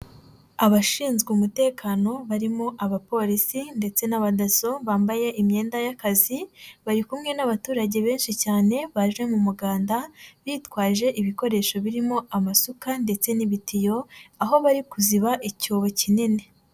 Abashinzwe umutekano barimo abapolisi ndetse n'abadaso, bambaye imyenda y'akazi bari kumwe n'abaturage benshi cyane, baje mu muganda bitwaje ibikoresho birimo amasuka ndetse n'ibitiyo, aho bari kuziba icyobo kinini.